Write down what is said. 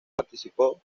participó